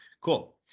cool